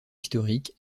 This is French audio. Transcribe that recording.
historique